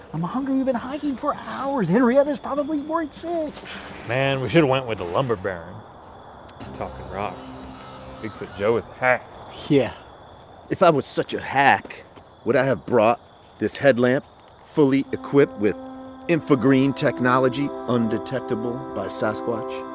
i'm hungry. you've been hiking for hours. henrietta's probably weren't safe man. we should went with the lumber baron talking rock bigfoot joe with hack yeah if i was such a hack would i have brought this headlamp fully equipped with info green technology undetectable by sasquatch